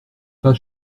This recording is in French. pas